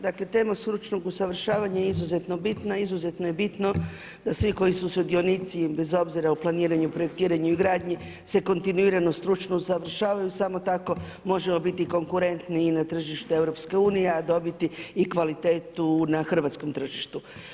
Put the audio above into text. Dakle temu stručnog usavršavanje je izuzetno bitna, izuzetno je bitno da svi koji su sudionici bez obzira u planiranju, projektiranju i gradnji se kontinuirano stručno usavršavaju samo tako možemo biti i konkurentni i na tržištu EU, a dobiti i kvalitetu na hrvatskom tržištu.